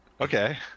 okay